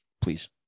please